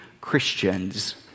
Christians